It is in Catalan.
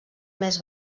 més